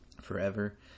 forever